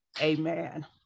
Amen